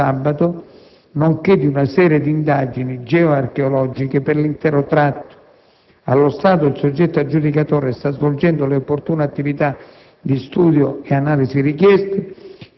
ed i numerosi attraversamenti del fiume Sabato, nonché di una serie di indagini geoarcheologiche per l'intero tratto. Allo stato il soggetto aggiudicatore sta svolgendo le opportune attività